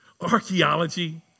archaeology